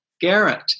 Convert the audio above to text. Garrett